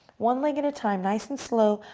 one leg at a time, nice and slow,